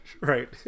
right